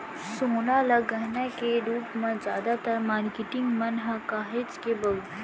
सोना ल गहना के रूप म जादातर मारकेटिंग मन ह काहेच के बउरथे